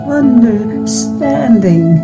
understanding